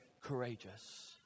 courageous